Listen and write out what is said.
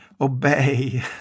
obey